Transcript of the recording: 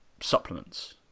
supplements